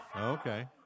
Okay